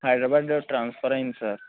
హైదరాబాద్కు ట్రాన్స్ఫర్ అయ్యింది సార్